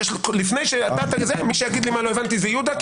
מי שיגיד לי מה לא הבנתי זה יהודה,